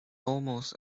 almost